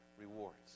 rewards